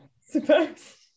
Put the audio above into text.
suppose